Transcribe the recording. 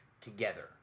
together